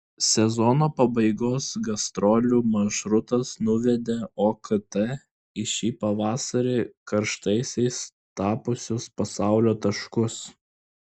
sezono pabaigos gastrolių maršrutas nuvedė okt į šį pavasarį karštaisiais tapusius pasaulio taškus